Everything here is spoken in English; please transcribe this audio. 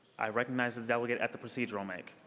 i recognize the delegate at the procedural mic.